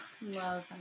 love